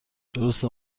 درسته